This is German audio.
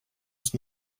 ist